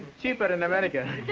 cheaper in america